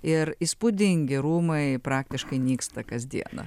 ir įspūdingi rūmai praktiškai nyksta kasdieną